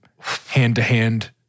hand-to-hand